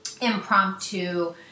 impromptu